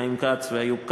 חיים כץ ואיוב קרא,